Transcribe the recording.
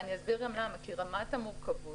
ואני אסביר גם למה - בגלל רמת המורכבות.